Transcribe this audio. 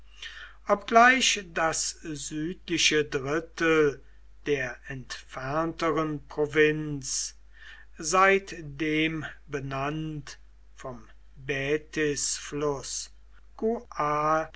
obgleich das südliche drittel der entfernteren provinz seitdem benannt vom